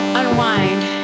unwind